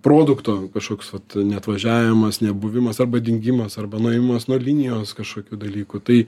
produkto kažkoks vat neatvažiavimas nebuvimas arba dingimas arba nuėmimas nuo linijos kažkokių dalykų tai